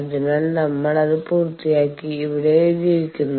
അതിനാൽ നമ്മൾ അത് പൂർത്തിയാക്കി ഇവിടെ എഴുതിയിരിക്കുന്നു